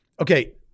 Okay